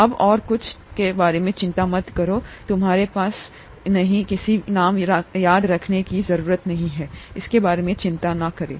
अब और कुछ के बारे में चिंता मत करो तुम्हारे पास नहीं है किसी भी नाम को याद रखें इसके बारे में चिंता न करें